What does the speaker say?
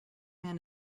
man